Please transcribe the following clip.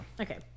Okay